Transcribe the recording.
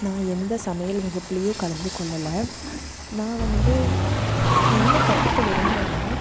நான் எந்த சமையல் வகுப்புலையும் கலந்துக்கொள்ளலை நான் வந்து என்ன கற்றுக்க விரும்புகிறன்னா